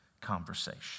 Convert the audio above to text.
conversation